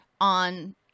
on